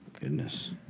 Goodness